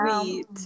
sweet